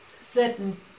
certain